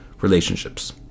relationships